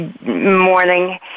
morning